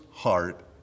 heart